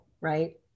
right